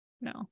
No